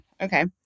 Okay